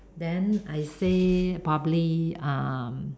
then I say probably um